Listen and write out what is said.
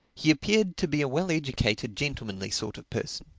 he appeared to be a well-educated, gentlemanly sort of person.